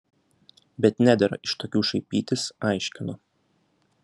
bet nedera iš tokių šaipytis aiškinu